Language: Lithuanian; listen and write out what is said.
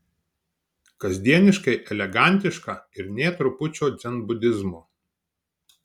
kasdieniškai elegantiška ir nė trupučio dzenbudizmo